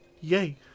Yay